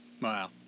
Wow